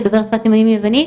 שדובר שפת סימנים יוונית,